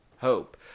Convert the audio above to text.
Hope